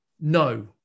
No